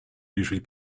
usually